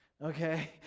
Okay